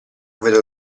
vedo